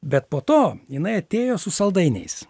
bet po to jinai atėjo su saldainiais